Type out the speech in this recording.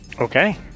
Okay